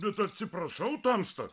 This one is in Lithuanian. bet atsiprašau tamsta